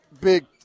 Big